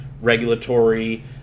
regulatory